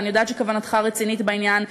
ואני יודעת שכוונתך רצינית בעניין,